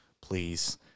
please